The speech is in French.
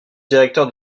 directeur